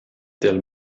del